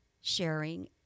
sharing